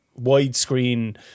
widescreen